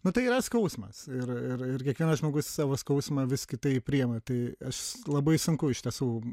na tai yra skausmas ir ir kiekvienas žmogus savo skausmą vis kitaip priima tai aš labai sunku iš tiesų